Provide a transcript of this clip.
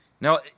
Now